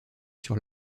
sur